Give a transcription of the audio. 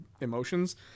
emotions